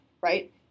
right